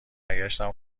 برگشتم